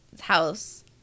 house